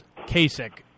Kasich